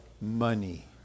money